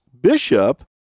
bishop